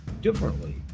differently